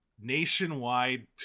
nationwide